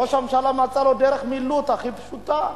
ראש הממשלה מצא לו דרך מילוט הכי פשוטה.